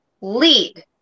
lead